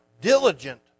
diligent